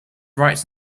right